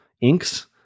inks